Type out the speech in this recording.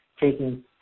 taking